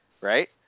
right